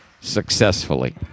successfully